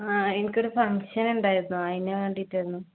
ആ എനിക്കൊരു ഫങ്ഷൻ ഉണ്ടായിരുന്നു അതിന് വേണ്ടിയിട്ടായിരുന്നു